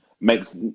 makes